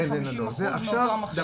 כ-50% מאותו המכשיר.